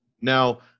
Now